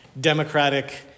democratic